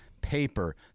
Paper